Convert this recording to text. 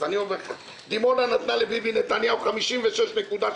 דימונה נתנה לביבי נתניהו 56.3,